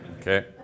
okay